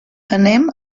anem